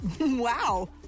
Wow